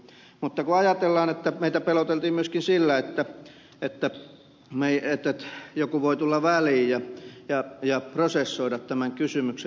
mutta kun ajatellaan että meitä peloteltiin myöskin sillä että joku voi tulla väliin ja prosessoida tämän kysymyksen